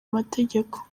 amategeko